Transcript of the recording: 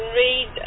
read